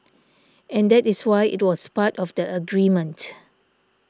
and that is why it was part of the agreement